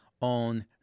on